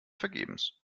vergebens